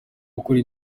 gukora